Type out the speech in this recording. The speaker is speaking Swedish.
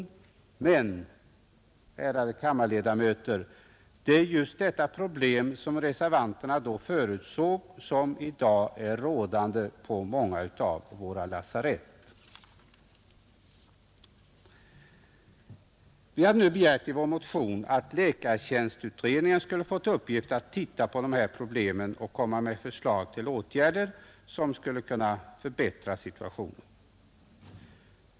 Men, ärade kammarledamöter, det är just de problem som reservanterna då förutsåg som i dag är rådande på många av våra lasarett. Vi har i vår motion begärt att läkartjänstutredningen skulle få till uppgift att se över dessa problem och framlägga förslag till åtgärder, som skulle kunna förbättra situationen.